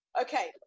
Okay